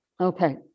Okay